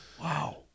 Wow